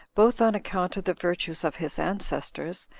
both on account of the virtues of his ancestors,